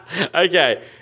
Okay